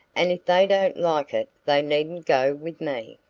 and if they don't like it they needn't go with me.